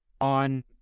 on